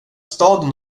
staden